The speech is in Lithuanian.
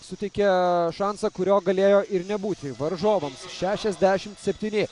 suteikia šansą kurio galėjo ir nebūti varžovams šešiasdešim septyni